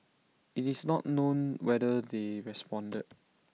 IT is not known whether they responded